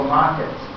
markets